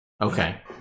Okay